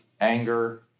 anger